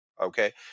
Okay